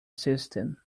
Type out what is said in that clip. system